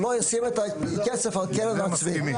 שלא ישים את הכסף על קרן הצבי.